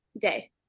Day